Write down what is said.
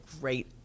great